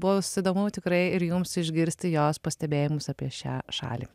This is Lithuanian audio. bus įdomu tikrai ir jums išgirsti jos pastebėjimus apie šią šalį